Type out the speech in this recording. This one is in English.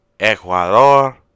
Ecuador